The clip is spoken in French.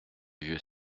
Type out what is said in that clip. vieux